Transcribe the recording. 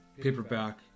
paperback